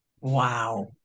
Wow